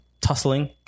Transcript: tussling